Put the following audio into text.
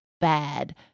bad